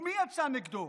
ומי יצא נגדו?